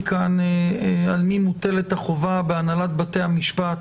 לא ברור לי כאן על מי מוטלת החובה בהנהלת בתי המשפט.